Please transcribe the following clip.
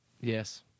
Yes